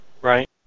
Right